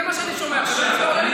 זה מה שאני שומע, מסרב להתנצל.